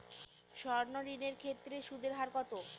সর্ণ ঋণ এর ক্ষেত্রে সুদ এর হার কত?